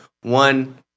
one